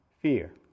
fear